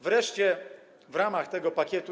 Wreszcie w ramach tego pakietu.